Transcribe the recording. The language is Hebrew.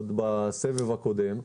עוד בסבב הקודם,